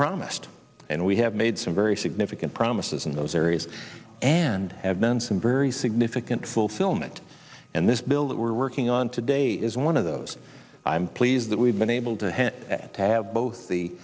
promised and we have made some very significant promises in those areas and have been some very significant fulfillment and this bill that we're working on today is one of those i'm pleased that we've been able to